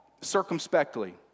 circumspectly